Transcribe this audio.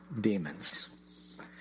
demons